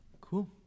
Cool